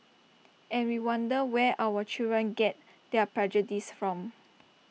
and we wonder where our children get their prejudices from